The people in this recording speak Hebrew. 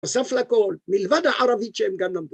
נוסף לכל, מלבד הערבית שהם גם למדו